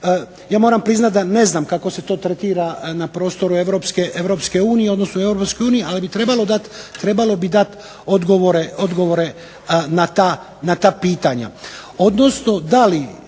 ja moram priznati da ne znam kako se to tretira na prostoru Europske unije, odnosno u Europskoj uniji, ali bi trebalo dati, trebalo bi dati odgovore na ta pitanja, odnosno da li